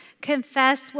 Confess